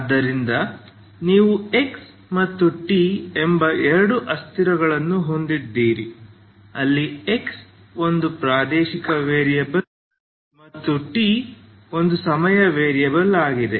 ಆದ್ದರಿಂದ ನೀವು x ಮತ್ತು t ಎಂಬ ಎರಡು ಅಸ್ಥಿರಗಳನ್ನು ಹೊಂದಿದ್ದೀರಿ ಅಲ್ಲಿ x ಒಂದು ಪ್ರಾದೇಶಿಕ ವೇರಿಯಬಲ್ ಮತ್ತು t ಒಂದು ಸಮಯ ವೇರಿಯಬಲ್ ಆಗಿದೆ